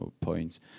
points